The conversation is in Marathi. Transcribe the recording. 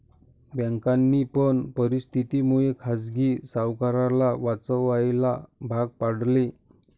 बँकांनी पण परिस्थिती मुळे खाजगी सावकाराला वाचवायला भाग पाडले